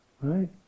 right